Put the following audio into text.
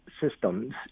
systems